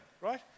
right